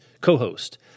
co-host